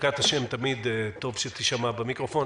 ברכת השם, תמיד טוב שתשמע במיקרופון.